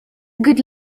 good